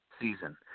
season